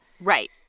right